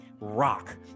rock